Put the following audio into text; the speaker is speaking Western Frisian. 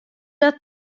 dat